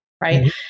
right